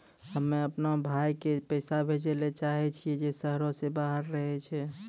हम्मे अपनो भाय के पैसा भेजै ले चाहै छियै जे शहरो से बाहर रहै छै